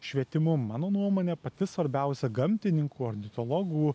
švietimu mano nuomone pati svarbiausia gamtininkų ornitologų